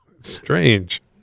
Strange